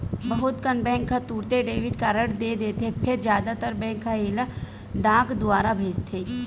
बहुत कन बेंक ह तुरते डेबिट कारड दे देथे फेर जादातर बेंक ह एला डाक दुवार भेजथे